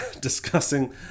discussing